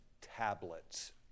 tablets